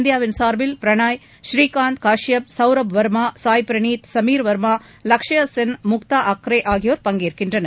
இந்தியாவின் சா்பில் பிரணாய் பூரீகாந்த் காஷ்யப் சவ்ரப் வர்மா சாய் பிரனீத் சமீர் வர்மா லக்ஷயா சென் முக்தா அக்ரே ஆகியோர் பங்கேற்கின்றனர்